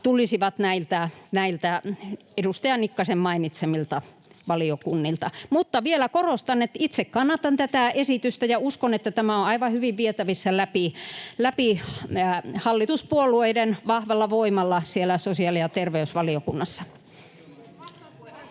tulisivat näiltä edustaja Nikkasen mainitsemilta valiokunnilta. [Ilmari Nurminen: Hienoa!] Mutta vielä korostan, että itse kannatan tätä esitystä, ja uskon, että tämä on aivan hyvin vietävissä läpi hallituspuolueiden vahvalla voimalla siellä sosiaali- ja terveysvaliokunnassa.